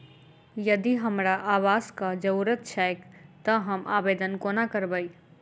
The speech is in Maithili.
यदि हमरा आवासक जरुरत छैक तऽ हम आवेदन कोना करबै?